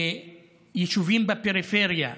ויישובים בפריפריה,